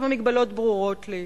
המגבלות ברורות לי.